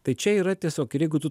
tai čia yra tiesiog ir jeigu tu